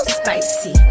spicy